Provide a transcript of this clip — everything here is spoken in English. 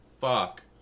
fuck